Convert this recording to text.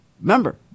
remember